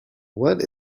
what